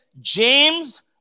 James